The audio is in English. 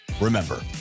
Remember